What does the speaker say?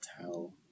tell